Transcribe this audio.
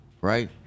right